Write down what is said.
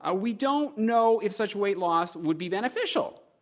ah we don't know if such weight loss would be beneficial.